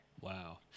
Wow